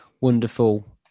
wonderful